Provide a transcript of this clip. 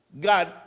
God